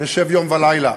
נשב יום ולילה.